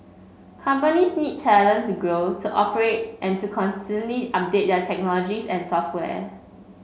companies need talent to grow to operate and to constantly update their technologies and software